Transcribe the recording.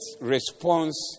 response